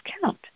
count